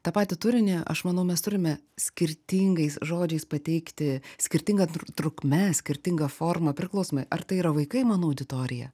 tą patį turinį aš manau mes turime skirtingais žodžiais pateikti skirtinga trukme skirtinga forma priklausomai ar tai yra vaikai mano auditorija